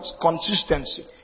Consistency